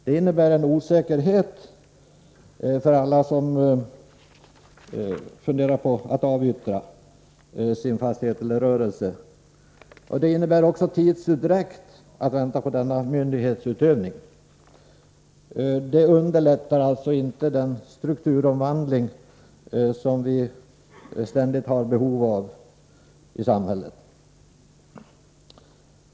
Det innebär en osäkerhet för alla som funderar på att avyttra sin fastighet eller rörelse, och det medför också en tidsutdräkt att vänta på denna myndighetsutövning. Detta underlättar alltså inte den strukturomvandling som vi ständigt har behov av i samhället.